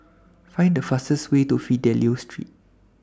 Find The fastest Way to Fidelio Street